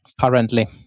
Currently